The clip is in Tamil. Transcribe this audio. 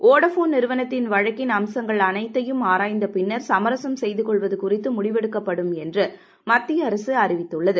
வோடஃபோன் நிறுவனத்தின் வழக்கின் அமச்ங்கள் அனைத்தையும் ஆராய்ந்த பின்னர் சமரசம் செய்து கொள்வது குறித்து முடிவெடுக்கப்படும் என்று மத்திய அரகூ அறிவித்துள்ளது